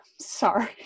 Sorry